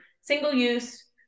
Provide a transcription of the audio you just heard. single-use